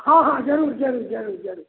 हँ हँ जरूर जरूर जरूर जरूर